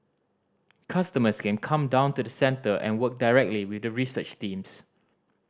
customers can come down to the centre and work directly with the research teams